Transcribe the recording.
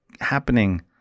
happening